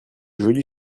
jolie